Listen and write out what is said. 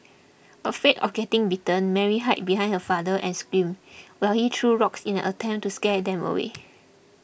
afraid of getting bitten Mary hid behind her father and screamed while he threw rocks in an attempt to scare them away